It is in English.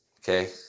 Okay